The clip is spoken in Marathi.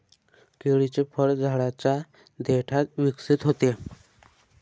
केळीचे फळ झाडाच्या देठात विकसित होते